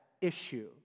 issue